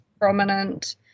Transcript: prominent